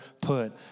put